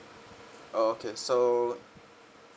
oh okay so